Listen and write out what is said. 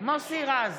מוסי רז,